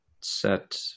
set